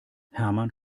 hermann